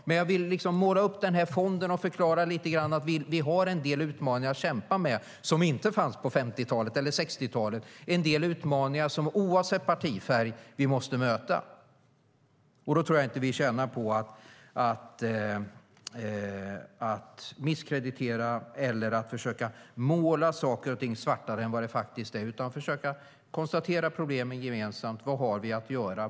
Men jag vill måla upp den här fonden och förklara att vi har en del utmaningar att kämpa med som inte fanns på 50 eller på 60-talet, utmaningar som vi oavsett partifärg måste möta. Då tror jag inte att vi tjänar på att försöka misskreditera eller måla saker och ting svartare än vad de faktiskt är. Vi ska konstatera problemen gemensamt och fråga: Vad har vi att göra?